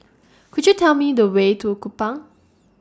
Could YOU Tell Me The Way to Kupang